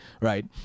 right